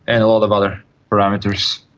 and a lot of other parameters.